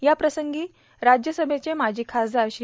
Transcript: याप्रसंगी राज्यसभेचे माजी खासदार श्री